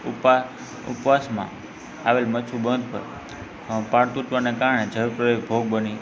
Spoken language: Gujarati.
ઉપા ઉપવાસમાં આવેલ મચ્છું બંધ પર પાળ તૂટવાના કારણે જળપ્રયોગ ભોગ બની